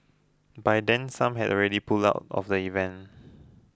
by then some had already pulled out of the event